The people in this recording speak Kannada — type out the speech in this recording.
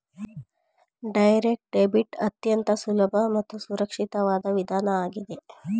ಡೈರೆಕ್ಟ್ ಡೆಬಿಟ್ ಅತ್ಯಂತ ಸುಲಭ ಮತ್ತು ಸುರಕ್ಷಿತವಾದ ವಿಧಾನ ಆಗಿದೆ